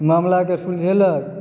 मामलाके सुलझेलक